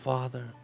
Father